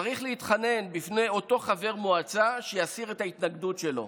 צריך להתחנן בפני אותו חבר מועצה שיסיר את ההתנגדות שלו.